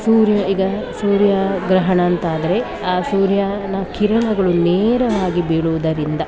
ಸೂರ್ಯ ಈಗ ಸೂರ್ಯಗ್ರಹಣ ಅಂತ ಆದರೆ ಆ ಸೂರ್ಯನ ಕಿರಣಗಳು ನೇರವಾಗಿ ಬೀಳುವುದರಿಂದ